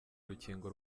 urukingo